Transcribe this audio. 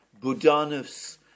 Budanov's